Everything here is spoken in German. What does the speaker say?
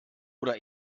oder